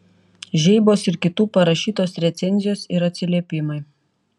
žeibos ir kitų parašytos recenzijos ir atsiliepimai